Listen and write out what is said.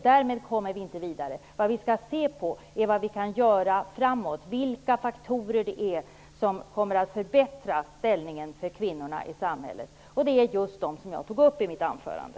Det gäller att se vad vi kan göra framåt och vilka faktorer det är som kommer att förbättra ställningen för kvinnorna i samhället. Det var just det som jag tog upp i mitt anförande.